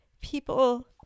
people